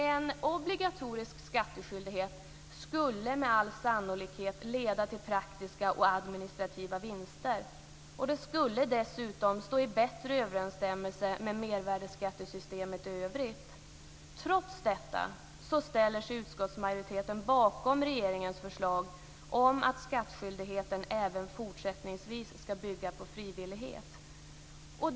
En obligatorisk skattskyldighet skulle med all sannolikhet leda till praktiska och administrativa vinster och skulle dessutom stå i bättre överensstämmelse med mervärdesskattesystemet i övrigt. Trots detta ställer sig utskottsmajoriteten bakom regeringens förslag om att skattskyldigheten även fortsättningsvis ska bygga på frivillighet.